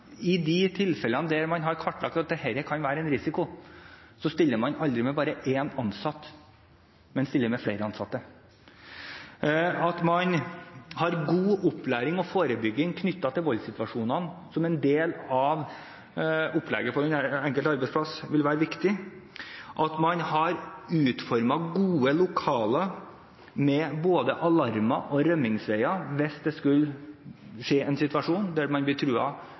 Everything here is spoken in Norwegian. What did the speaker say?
i de tilfellene der man har kartlagt at dette kan være en risiko, stiller man aldri med bare én ansatt, men man stiller med flere ansatte man har god opplæring og forebygging knyttet til voldssituasjonene som en del av opplegget på den enkelte arbeidsplass, det vil være viktig man har utformet gode lokaler med både alarmer og rømningsveier hvis det skulle en skje en situasjon der man blir